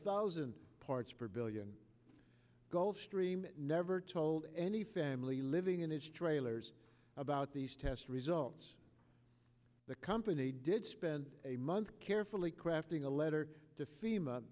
thousand parts per billion gulf stream never told any family living in these trailers about these test results the company did spend a month carefully crafting a letter to fema